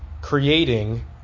creating